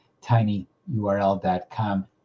tinyurl.com